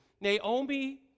Naomi